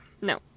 no